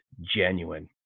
genuine